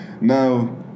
Now